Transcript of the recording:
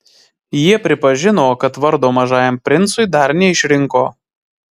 jie pripažino kad vardo mažajam princui dar neišrinko